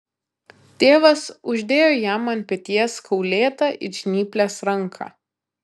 tėvas uždėjo jam ant peties kaulėtą it žnyplės ranką